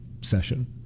session